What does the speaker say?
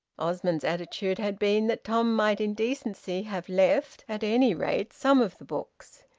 osmond's attitude had been that tom might in decency have left, at any rate, some of the books.